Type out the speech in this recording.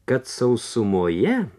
kad sausumoje